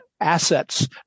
assets